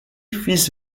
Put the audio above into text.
fils